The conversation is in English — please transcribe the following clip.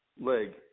leg